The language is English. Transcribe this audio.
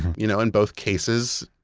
you know in both cases,